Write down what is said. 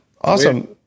Awesome